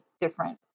different